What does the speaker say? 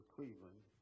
Cleveland